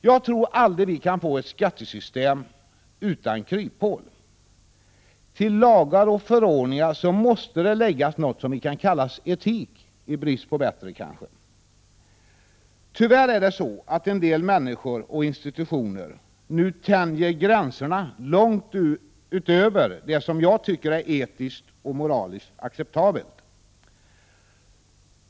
Jag tror aldrig att vi kan få ett skattesystem utan kryphål. Till lagar och förordningar måste läggas något som vi kan kalla etik, i brist på bättre kanske. Tyvärr tänjer en del människor och institutioner gränserna långt utöver det som jag tycker är etiskt och moraliskt acceptabelt.